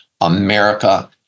America